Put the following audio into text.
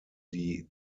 die